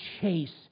chase